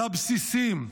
לבסיסים,